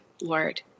lord